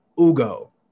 ugo